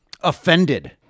offended